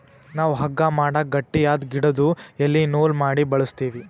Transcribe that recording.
ನಾವ್ ಹಗ್ಗಾ ಮಾಡಕ್ ಗಟ್ಟಿಯಾದ್ ಗಿಡುದು ಎಲಿ ನೂಲ್ ಮಾಡಿ ಬಳಸ್ತೀವಿ